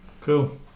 Cool